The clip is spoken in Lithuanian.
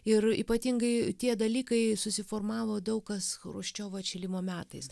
ir ypatingai tie dalykai susiformavo daug kas chruščiovo atšilimo metais